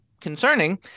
concerning